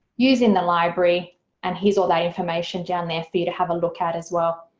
using the library and here's all the information down there for you to have a look at as well.